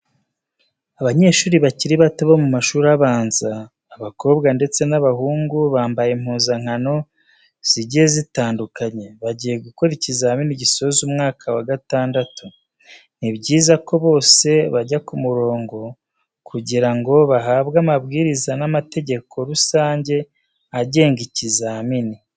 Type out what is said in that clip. Abanyeshuri bakiri bato bo mu mashuri abanza, abakobwa ndetse n'abahungu bambaye impuzankano zigiye zitandukanye, bagiye gukora ikizami gisoza umwaka wa gatandatu. Ni byiza ko bose bajya ku murongo kugira ngo bahabwe amabwiriza n'amategeko rusange agenga ikizami.